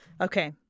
okay